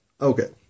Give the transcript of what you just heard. okay